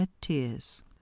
tears